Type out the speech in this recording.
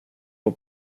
vår